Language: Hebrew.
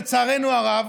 לצערנו הרב,